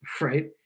right